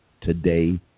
today